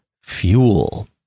fuel